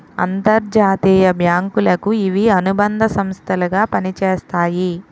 అంతర్జాతీయ బ్యాంకులకు ఇవి అనుబంధ సంస్థలు గా పనిచేస్తాయి